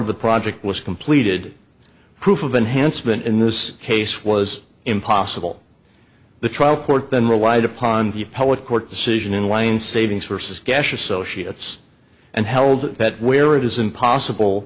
of the project was completed proof of enhancement in this case was impossible the trial court then relied upon the poet court decision in line saving sources gash associates and held that where it is impossible